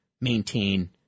maintain